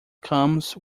comes